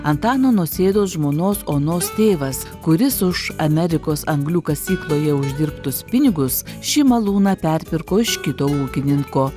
antano nausėdos žmonos onos tėvas kuris už amerikos anglių kasykloje uždirbtus pinigus šį malūną perpirko iš kito ūkininko